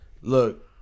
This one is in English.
Look